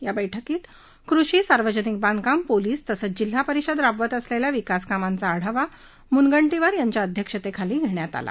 या बैठकीत कृषी सार्वजनिक बांधकाम पोलिस तसंच जिल्हा परिषद राबवत असलेल्या विकास कामाचा आढावा मुनगंटीवार यांच्या अध्यक्षतेखाली घेण्यात आला